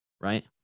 right